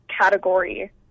category